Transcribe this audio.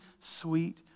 sweet